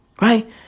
Right